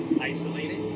Isolated